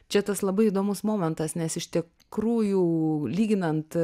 čia tas labai įdomus momentas nes iš tikrųjų lyginant